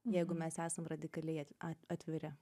jeigu mes esam radikaliai a atviri